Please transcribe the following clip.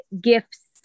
gifts